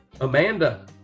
Amanda